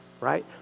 right